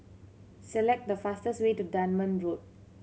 select the fastest way to Dunman Road